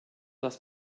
das